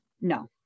no